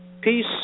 peace